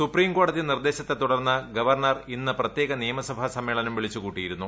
supreme കോടതി നിർദ്ദേശത്തെ തുടർന്ന് ഗവർണർ ഇന്ന് പ്രത്യേക നിയമസഭാ സമ്മേളനം വിളിച്ചുക്കൂട്ടിയിരുന്നു